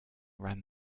ran